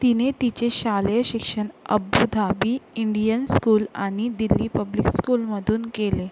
तिने तिचे शालेय शिक्षण अब्बुधाबी इंडियन स्कूल आणि दिल्ली पब्लिक स्कूलमधून केले